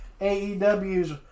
AEW's